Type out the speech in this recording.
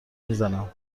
میزنم